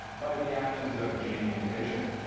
by the actions of gene mutation,